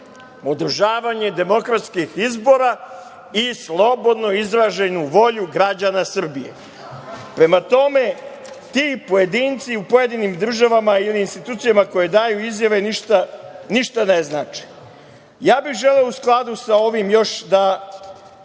održavanje demokratskih izbora i slobodno izraženu volju građana Srbije. Prema tome, ti pojedinci u pojedinim državama i institucijama koje daju izjave ništa ne znače. Ja bih želeo u skladu sa ovim još da